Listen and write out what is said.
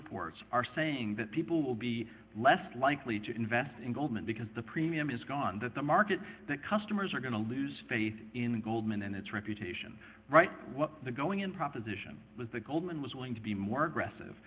reports are saying that people will be less likely to invest in goldman because the premium is gone that the market that customers are going to lose faith in goldman and its reputation right the going in proposition was that goldman was going to be more aggressive